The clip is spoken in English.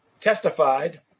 testified